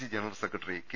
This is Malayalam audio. C general secretary K